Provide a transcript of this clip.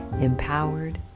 empowered